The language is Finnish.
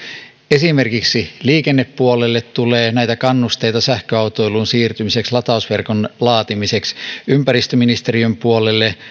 esimerkiksi liikennepuolelle tulee kannusteita sähköautoiluun siirtymiseksi latausverkon laatimiseksi ympäristöministeriön puolelle